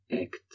act